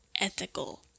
ethical